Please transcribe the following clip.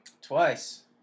Twice